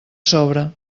sobra